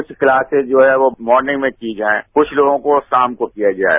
इस क्लासे जो है वो मॉर्निंग में की जाये कुछ लोगों को शाम को किया जाये